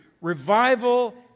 revival